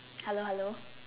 hello hello